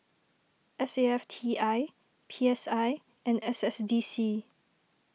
S A F T I P S I and S S D C